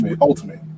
Ultimate